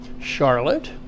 Charlotte